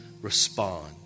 respond